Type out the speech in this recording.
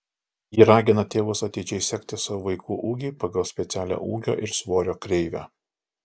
ji ragina tėvus atidžiai sekti savo vaikų ūgį pagal specialią ūgio ir svorio kreivę